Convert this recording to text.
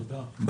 תודה, לא.